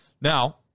Now